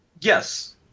yes